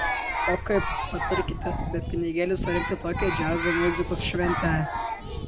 o kaip patarkite be pinigėlių surengti tokią džiazo muzikos šventę